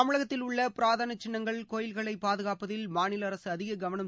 தமிழகத்தில் உள்ள புராதன சின்னங்கள் கோயில்களை பாதுகாப்பதில் மாநில அரசு அதிக கவனம்